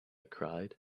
cried